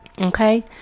Okay